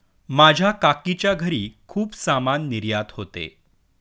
माझ्या काकीच्या घरी खूप सामान निर्यात होते